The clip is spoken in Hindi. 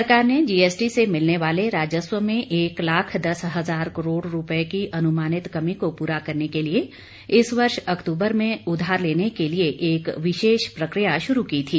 सरकार ने जीएसटी से मिलने वाले राजस्व में एक लाख दस हजार करोड़ रुपये की अनुमानित कमी को पूरा करने के लिए इस वर्ष अक्तूबर में उधार लेने के लिए एक विशेष प्रक्रिया शुरू की थी